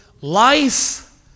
life